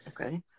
Okay